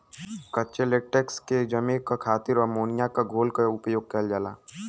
कच्चे लेटेक्स के जमे क खातिर अमोनिया क घोल क उपयोग करल जाला